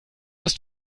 ist